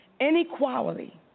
Inequality